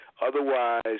Otherwise